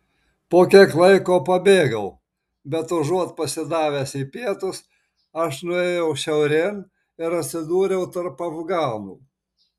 po kiek laiko pabėgau bet užuot pasidavęs į pietus aš nuėjau šiaurėn ir atsidūriau tarp afganų